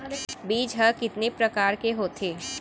बीज ह कितने प्रकार के होथे?